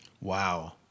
Wow